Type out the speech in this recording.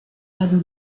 panneau